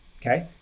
Okay